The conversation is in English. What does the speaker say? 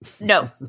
No